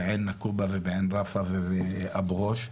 בעין עקובה ועין רפא ובאבו גוש,